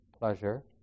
pleasure